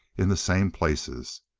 in the same places.